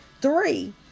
Three